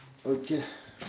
okay lah